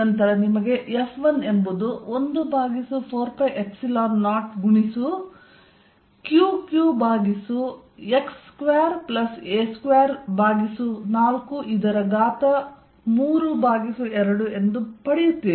ನಂತರ ನಿಮಗೆ F1 ಎಂಬುದು 140 ಗುಣಿಸು Qq ಭಾಗಿಸು x2a2432ಎಂದು ಪಡೆಯುತ್ತೀರಿ